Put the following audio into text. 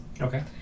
Okay